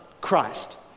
christ